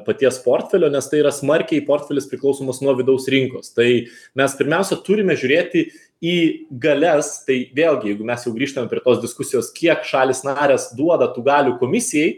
paties portfelio nes tai yra smarkiai portfelis priklausomus nuo vidaus rinkos tai mes pirmiausia turime žiūrėti į galias tai vėlgi jeigu mes jau grįžtame prie tos diskusijos kiek šalys narės duoda tų galių komisijai